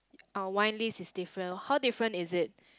our wine list is different how different is it